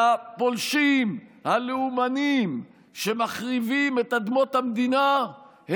והפולשים הלאומניים שמחריבים את אדמות המדינה,